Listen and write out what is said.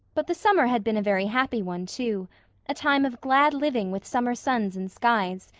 but the summer had been a very happy one, too a time of glad living with summer suns and skies,